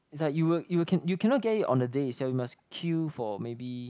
is like you'll you can you cannot get it on the day yourself you must queue for maybe